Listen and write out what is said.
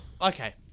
Okay